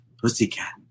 Pussycat